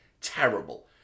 Terrible